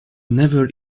never